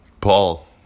Paul